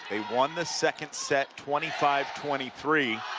they won the second set twenty five twenty three.